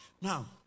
Now